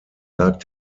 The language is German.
lag